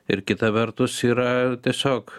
ir kita vertus yra tiesiog